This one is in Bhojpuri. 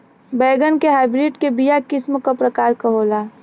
बैगन के हाइब्रिड के बीया किस्म क प्रकार के होला?